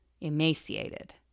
emaciated